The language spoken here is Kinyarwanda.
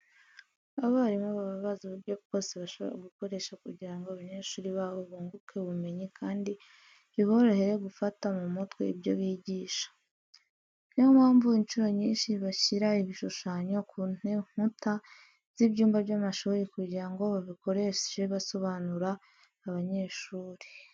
Abarimu baba bazi uburyo bwose bashobora gukoresha kugira ngo abanyeshuri babo bunguke ubumenyi kandi biborohere gufata mu mutwe ibyo bigisha. Niyo mpamvu incuro nyinshi bashyira ibishushanyo ku nkuta z'ibyumba by'amashuri kugira ngo babikoreshe basobanurira abanyeshuri.